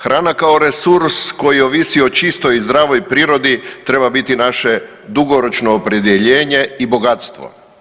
Hrana kao resurs koji ovisi o čistoj i zdravoj prirodi treba biti naše dugoročno opredjeljenje i bogatstvo.